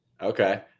Okay